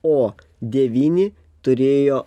o devyni turėjo